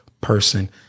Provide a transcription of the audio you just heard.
person